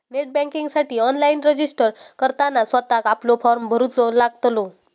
net बँकिंगसाठी online registered करताना स्वतःक आपलो फॉर्म भरूचो लागतलो